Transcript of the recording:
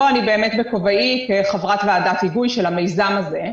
פה אני באמת בכובעי כחברת ועדת היגוי של המיזם הזה.